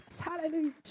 Hallelujah